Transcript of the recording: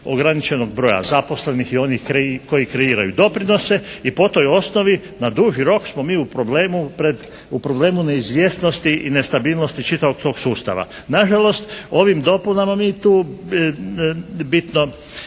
ograničenog broja zaposlenih i onih koji kreiraju doprinose i po toj osnovi na duži rok smo mi u problemu pred, u problemu neizvjesnosti i nestabilnosti čitavog tog sustava. Nažalost ovim dopunama mi tu bitno